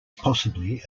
possibly